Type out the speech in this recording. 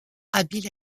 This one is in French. habile